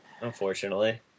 Unfortunately